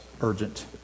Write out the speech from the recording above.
urgent